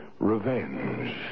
Revenge